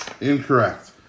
Incorrect